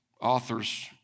authors